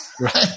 right